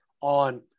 on